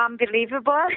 unbelievable